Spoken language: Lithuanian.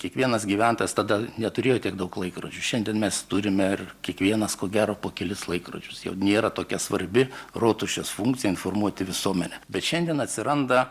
kiekvienas gyventojas tada neturėjo tiek daug laikrodžių šiandien mes turime ir kiekvienas ko gero po kelis laikrodžius jau nėra tokia svarbi rotušės funkcija informuoti visuomenę bet šiandien atsiranda